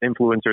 influencers